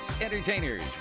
entertainers